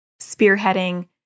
spearheading